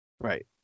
Right